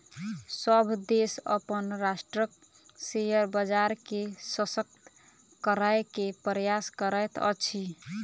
सभ देश अपन राष्ट्रक शेयर बजार के शशक्त करै के प्रयास करैत अछि